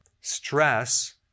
stress